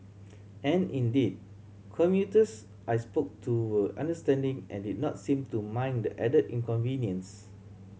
and indeed commuters I spoke to were understanding and did not seem to mind the added inconvenience